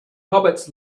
hobbits